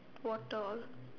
water all